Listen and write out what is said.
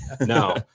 No